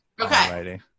Okay